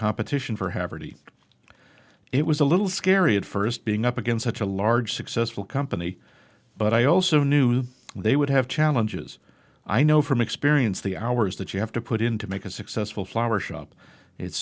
competently for haverty it was a little scary at first being up against such a large successful company but i also knew they would have challenges i know from experience the hours that you have to put in to make a successful flower shop it's